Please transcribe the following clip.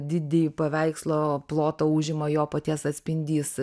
didįjį paveikslo plotą užima jo paties atspindys